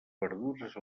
verdures